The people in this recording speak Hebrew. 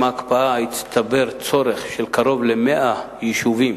ההקפאה הצטבר צורך של קרוב ל-100 יישובים